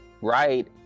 right